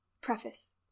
Preface